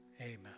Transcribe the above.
Amen